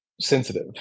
sensitive